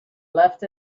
left